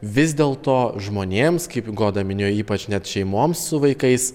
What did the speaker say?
vis dėl to žmonėms kaip goda minėjo ypač net šeimoms su vaikais